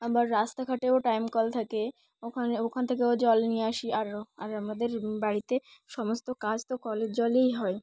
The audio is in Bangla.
আবার রাস্তাঘাটেও টাইম কল থাকে ওখানে ওখান থেকেও জল নিয়ে আসি আরও আর আমাদের বাড়িতে সমস্ত কাজ তো কলের জলেই হয়